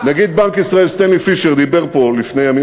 נגיד בנק ישראל סטנלי פישר דיבר כאן,